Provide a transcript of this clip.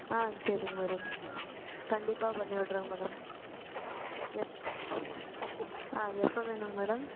ஆ சரிங்க மேடம் கண்டிப்பாக பண்ணிவிடுறோங்க மேடம் எப் ஆ எப்போ வேணுங்க மேடம்